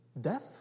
death